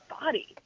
body